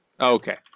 Okay